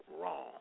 wrong